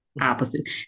opposite